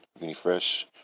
unifresh